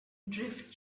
drift